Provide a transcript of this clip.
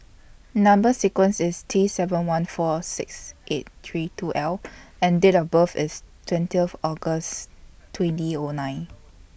Number sequence IS T seven one four six eight three two L and Date of birth IS twentieth August twenty O nine